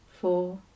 four